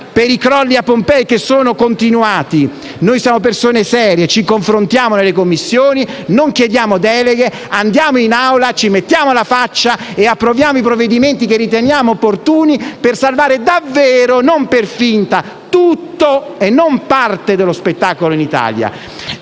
per i crolli a Pompei, che sono continuati. Siamo persone serie, ci confrontiamo nelle Commissioni; non chiediamo deleghe, andiamo in Aula, ci mettiamo la faccia *(Applausi del senatore Floris)* e approviamo i provvedimenti che riteniamo opportuni per salvare davvero - e non per finta - tutto e non parte dello spettacolo in Italia.